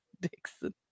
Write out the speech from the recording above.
Dixon